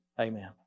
Amen